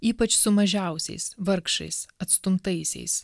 ypač su mažiausiais vargšais atstumtaisiais